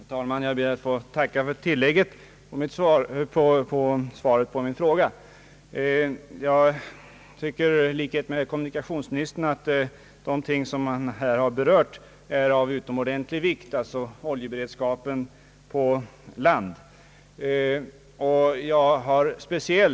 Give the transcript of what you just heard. Herr talman! Jag ber att få tacka för tillägget till svaret på min fråga. I likhet med kommunikationsministern tycker jag att oljeberedskapen på land är av utomordentlig vikt.